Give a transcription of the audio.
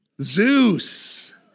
Zeus